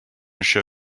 show